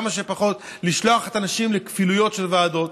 כמה שפחות לשלוח את האנשים לכפילויות של ועדות,